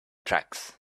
tracks